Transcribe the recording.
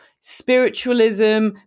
spiritualism